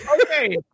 Okay